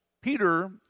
Peter